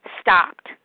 stopped